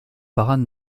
parent